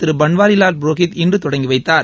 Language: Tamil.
திரு பன்வாரிலால் புரோஹித் இன்று தொடங்கி வைத்தார்